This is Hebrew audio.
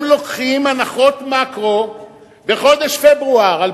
הם לוקחים הנחות מקרו בחודש פברואר 2010